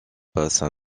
passent